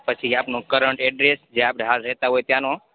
પછી આપનું current address જે આપણે હાલ રેતા હોય ત્યાંનો